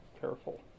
careful